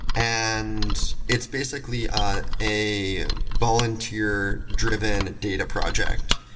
and it's basically a volunteer-driven data project.